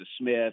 Smith